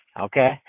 Okay